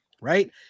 right